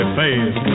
face